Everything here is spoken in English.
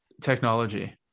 technology